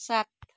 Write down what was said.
सात